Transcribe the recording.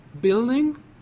building